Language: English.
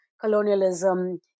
colonialism